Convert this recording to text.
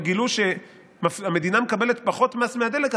וגילו שהמדינה מקבלת פחות מס מהדלק,